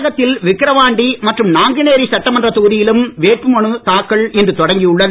தமிழகத்தில் விக்கிரவாண்டி மற்றும் நாங்குநேரி சட்டமன்றத் தொகுதிகளிலும் வேட்புமனு தாக்கல் இன்று தொடங்கியுள்ளது